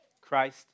Christ